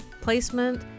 placement